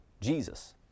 Jesus